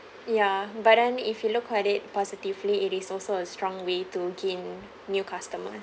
ya but then if you look at it positively it is also a strong way to gain new customers